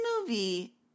movie